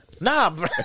Nah